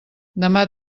demà